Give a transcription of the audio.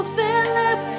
Philip